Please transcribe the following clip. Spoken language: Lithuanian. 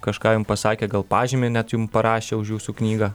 kažką jum pasakė gal pažymį net jum parašė už jūsų knygą